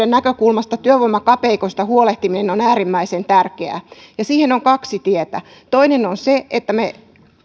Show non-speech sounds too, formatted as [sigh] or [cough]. [unintelligible] näkökulmasta työvoimakapeikoista huolehtiminen on äärimmäisen tärkeää ja siihen on kaksi tietä toinen on se että me